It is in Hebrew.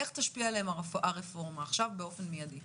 איך תשפיע עליהם הרפורמה עכשיו באופן מידי?